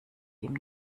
ihm